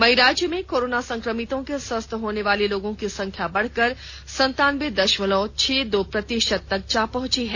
वहीं राज्य में कोरोना संक्रमितों के स्वस्थ होने वाले लोगों की संख्या बढ़कर संतानब्बे दशमलव छह दो प्रतिशत तक जा पहुंची है